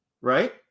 Right